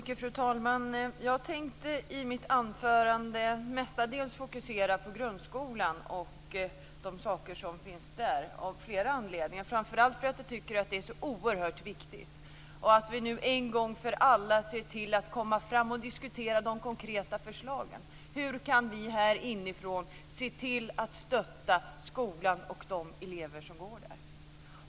Fru talman! Jag tänker i mitt anförande mestadels fokusera på grundskolan och saker där; detta av flera anledningar men framför allt därför att jag tycker att det är så oerhört viktigt att vi nu en gång för alla ser till att komma fram här och diskutera de konkreta förslagen. Hur kan vi här inifrån se till att stötta skolan och de elever som går där?